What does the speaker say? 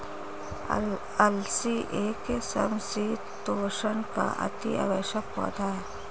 अलसी एक समशीतोष्ण का अति आवश्यक पौधा है